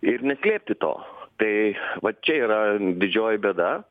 ir neslėpti to tai va čia yra didžioji bėda